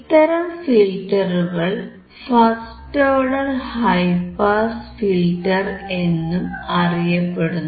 ഇത്തരം ഫിൽറ്ററുകൾ first order high pass filter എന്നും അറിയപ്പെടുന്നു